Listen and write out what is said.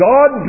God